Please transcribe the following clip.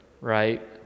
right